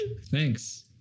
Thanks